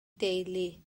deulu